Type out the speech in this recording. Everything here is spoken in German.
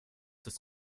des